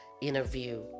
interview